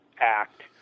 act